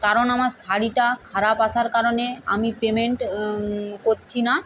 কারণ আমার শাড়িটা খারাপ আসার কারণে আমি পেমেন্ট করছি না